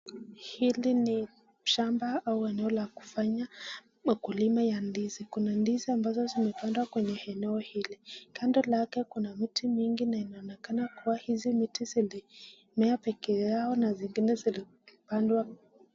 Hili ni shamba au eneo la kufanya ukulima ya ndizi. Kuna ndizi ambazo zimepandwa kwenye eneo hili. Kando lake kuna miti mingi na inaonekana kuwa hizi miti zilimea pekee yao na zingine zilipandwa.